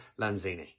Lanzini